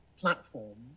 platform